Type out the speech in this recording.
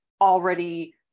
already